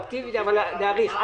רטרואקטיבית אבל להאריך את זה.